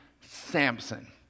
Samson